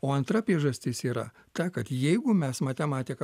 o antra piežastis yra ta kad jeigu mes matematiką